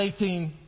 18